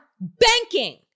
banking